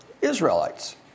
Israelites